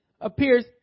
appears